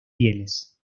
pieles